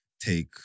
take